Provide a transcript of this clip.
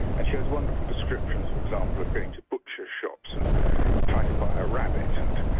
and she had wonderful descriptions, for example, of going to butchers shops and trying to buy a rabbit, and